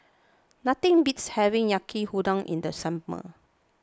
nothing beats having Yaki Udon in the summer